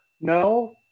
no